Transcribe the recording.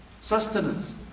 sustenance